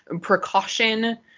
precaution